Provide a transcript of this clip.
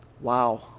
Wow